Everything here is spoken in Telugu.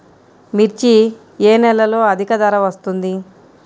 మిర్చి ఏ నెలలో అధిక ధర వస్తుంది?